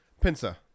Pincer